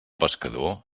pescador